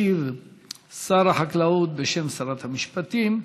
ישיב שר החקלאות בשם שרת המשפטים.